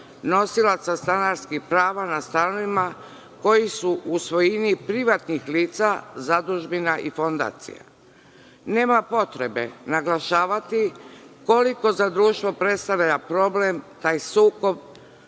nosilaca stanarskih prava nad stanovima koji su u svojini privatnih lica zadužbina i fondacija. Nema potrebe naglašavati koliko za društvo predstavlja problem taj sukob,